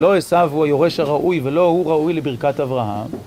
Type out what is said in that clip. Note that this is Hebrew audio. לא עשו הוא היורש הראוי, ולא הוא ראוי לברכת אברהם.